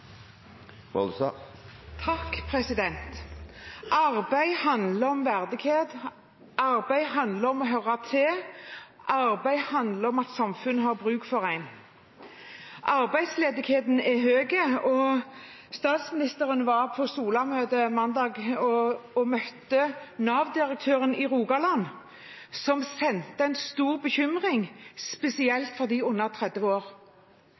Arbeid handler om verdighet. Arbeid handler om å høre til. Arbeid handler om at samfunnet har bruk for en. Arbeidsledigheten er høy. Statsministeren var på Solamøtet mandag og møtte Nav-direktøren i Rogaland, som sendte en stor bekymring spesielt for dem under 30 år.